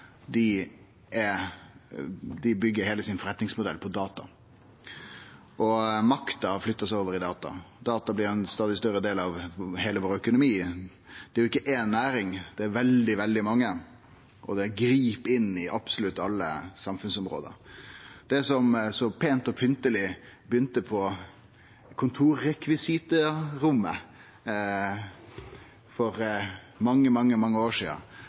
byggjer heile forretningsmodellen sin på data. Makta har flytta seg over i data. Data blir ein stadig større del av heile økonomien vår. Det er jo ikkje éi næring, det er veldig, veldig mange, og dei grip inn i absolutt alle samfunnsområde. Det som så pent og pynteleg begynte på kontorrekvisitarommet for mange, mange år sidan,